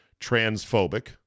transphobic